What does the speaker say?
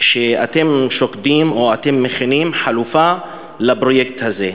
שאתם שוקדים או אתם מכינים חלופה לפרויקט הזה.